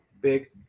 big